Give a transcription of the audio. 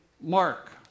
Mark